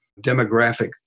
demographic